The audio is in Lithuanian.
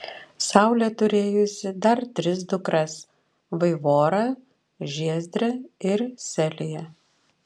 saulė turėjusi dar tris dukras vaivorą žiezdrę ir seliją